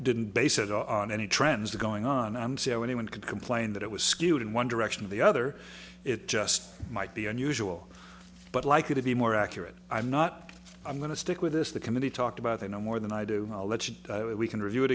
didn't base it on any trends going on i'm so anyone could complain that it was skewed in one direction or the other it just might be unusual but likely to be more accurate i'm not i'm going to stick with this the committee talked about i know more than i do i'll let you know we can review it